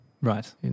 Right